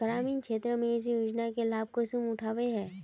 ग्रामीण क्षेत्र में इस योजना के लाभ कुंसम उठावे है?